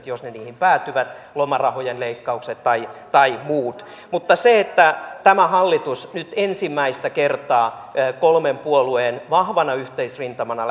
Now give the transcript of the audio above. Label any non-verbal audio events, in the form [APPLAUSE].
[UNINTELLIGIBLE] jos ne niihin päätyvät lomarahojen leikkaukset tai tai muut mutta tämä hallitus nyt ensimmäistä kertaa kolmen puolueen vahvana yhteisrintamana [UNINTELLIGIBLE]